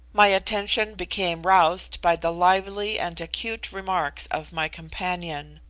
my attention became roused by the lively and acute remarks of my companion.